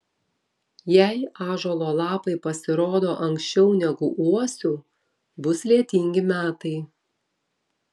jei ąžuolo lapai pasirodo anksčiau negu uosių bus lietingi metai